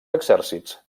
exèrcits